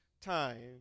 time